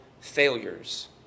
failures